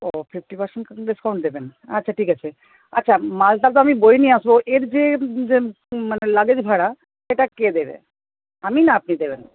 ও fifty percent discount দেবেন আচ্ছা ঠিক আছে আচ্ছা মালটা তো আমি বয়ে নিয়ে আসবে এর যে মানে লাগেজ ভাড়া সেটা কে দেবে আমি না আপনি দেবেন